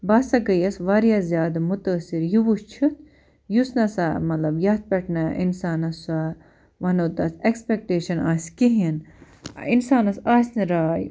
بہٕ ہسا گٔیَس واریاہ زیادٕ مُتٲثِر یہِ وُچھِتھ یُس نا سا مطلب یَتھ پٮ۪ٹھ نہَ اِنسانَس سۄ وَنَو تَتھ اٮ۪کٕسپٮ۪کٹیشَن آسہِ کِہیٖنٛۍ اِنسانَس آسہِ نہٕ راے